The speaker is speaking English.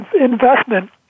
investment